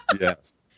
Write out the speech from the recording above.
Yes